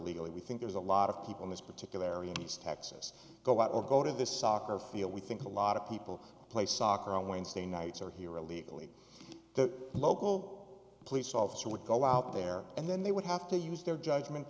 illegally we think there's a lot of people in this particular area east texas go out or go to this soccer field we think a lot of people play soccer always stay nights are here illegally the local police officer would go out there and then they would have to use their judgment